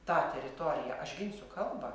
tą teritoriją aš ginsiu kalbą